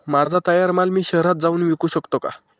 माझा तयार माल मी शहरात जाऊन विकू शकतो का?